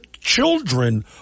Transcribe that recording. children